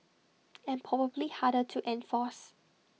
and probably harder to enforce